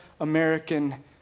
American